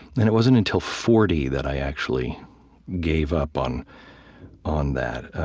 and it wasn't until forty that i actually gave up on on that.